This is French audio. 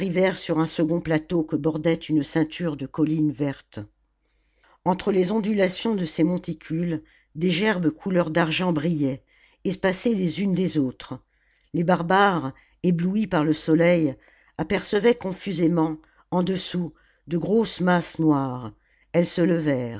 sur un second plateau que bordait une ceinture de collines vertes entre les ondulations de ces monticules des gerbes couleur d'argent brillaient espacées les unes des autres les barbares éblouis par le soleil apercevaient confusément en dessous de grosses masses noires elles